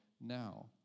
now